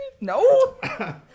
no